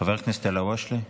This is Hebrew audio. חבר הכנסת אלהואשלה.